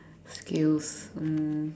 skills um